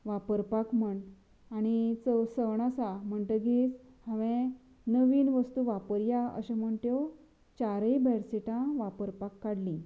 वापरपाक म्हण आनी चवथ सण आसा म्हणटगीर हांवेन नवीन वस्तू वापरल्या अश्यो म्हण त्यो चारय बेडशीटां वापरपाक काडलीं